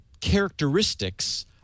characteristics